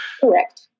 Correct